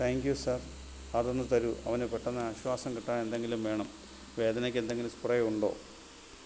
thank you sir അതൊന്ന് തരൂ അവന് പെട്ടെന്ന് ആശ്വാസം കിട്ടാൻ എന്തെങ്കിലും വേണം വേദനയ്ക്ക് എന്തെങ്കിലും സ്പ്രേ ഉണ്ടോ